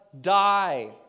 die